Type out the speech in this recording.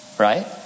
Right